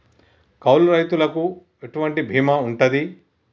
కౌలు రైతులకు ఎటువంటి బీమా ఉంటది?